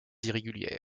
irrégulière